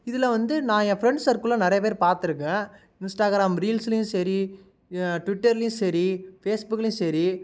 இதில் வந்து நான் என் ஃப்ரெண்ட்ஸ் சர்க்குள்ல நிறைய பேர் பார்த்துருக்கேன் இன்ஸ்டாகிராம் ரீல்ஸுலயும் சரி ட்விட்டர்லயும் சரி ஃபேஸ்புக்லயும் சரி